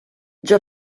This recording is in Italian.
già